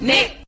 Nick